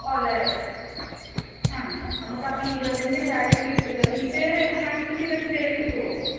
ഉള്ള ഒരു ആ നമുക്ക് അപ്പോൾ ഈ ഇരുപത്തഞ്ചിൽ താഴെ ഇരുപത്തഞ്ച് മാക്സിമം ഇരുപത്തഞ്ച് വരെ കിട്ടുമോ